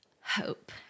hope